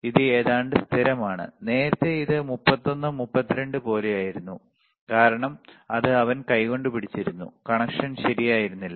ഇത് ഏതാണ്ട് സ്ഥിരമാണ് നേരത്തെ ഇത് 31 32 പോലെയായിരുന്നു കാരണം അത് അവൻ കൈകൊണ്ട് പിടിച്ചിരുന്നു കണക്ഷൻ ശരിയായിരുന്നില്ല